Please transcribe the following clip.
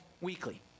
weekly